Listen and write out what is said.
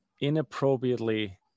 inappropriately